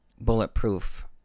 bulletproof